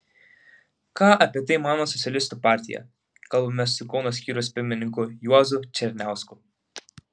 ką apie tai mano socialistų partija kalbamės su kauno skyriaus pirmininku juozu černiausku